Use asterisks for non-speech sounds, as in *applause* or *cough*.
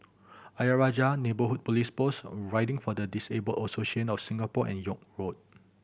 Ayer Rajah Neighbourhood Police Post *unintelligible* Riding for the Disabled Association of Singapore and York Road